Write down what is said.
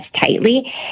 tightly